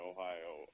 Ohio